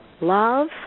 love